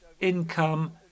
income